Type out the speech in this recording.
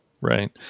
right